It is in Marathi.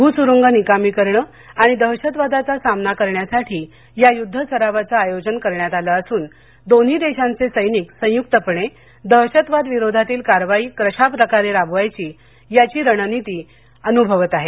भूसुरूंग निकामी करणं आणि दहशतवादाचा सामना करण्यासाठी या युद्ध सरावाचं आयोजन करण्यात आलं असून दोन्ही देशांचे सैनिक संयुक्तपणे दहशतवाद विरोधातील कारवाई कशाप्रकारे राबव्याचे याची रणनीती प्रत्यक्ष युध्दभूमीवर अनुभवत आहेत